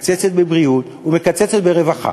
מקצצת בבריאות ומקצצת ברווחה.